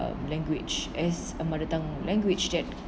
language as a mother tongue language that